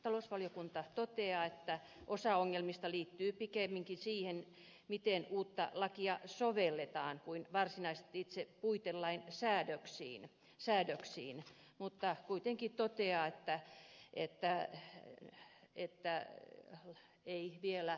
talousvaliokunta toteaa että osa ongelmista liittyy pikemminkin siihen miten uutta lakia sovelletaan kuin varsinaisesti itse puitelain säädöksiin mutta kuitenkin toteaa että tehokkuutta ei ole vielä saavutettu